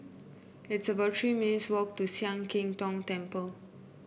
it's about Three minutes' walk to Sian Keng Tong Temple